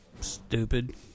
stupid